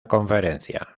conferencia